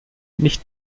nicht